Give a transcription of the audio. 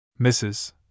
Mrs